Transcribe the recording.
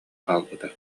хаалбыта